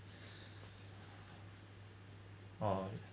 oh